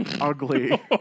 ugly